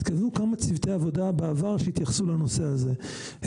התקיימו כמה צוותי עבודה בעבר שהתייחסו לנושא הזה.